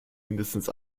mindestens